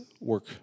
work